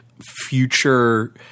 future